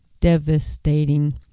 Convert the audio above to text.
devastating